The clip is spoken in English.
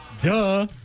Duh